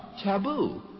taboo